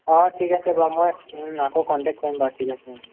অ' ঠিক আছে বাও মই আকৌ কণ্টেক্ট কৰিম বাও অ' ঠিক আছে